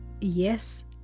Yes